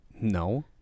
No